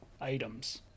items